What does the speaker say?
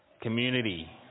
community